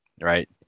Right